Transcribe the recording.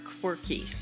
quirky